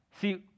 See